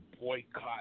boycott